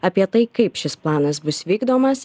apie tai kaip šis planas bus vykdomas